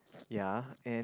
ya and